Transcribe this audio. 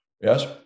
Yes